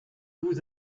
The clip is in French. vous